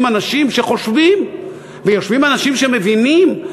אנשים שחושבים ויושבים אנשים שמבינים,